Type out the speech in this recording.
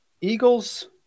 Eagles